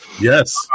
yes